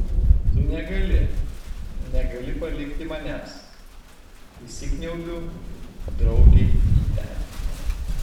tu negali negali palikti manęs įsikniaubiu draugei į petį